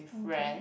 friend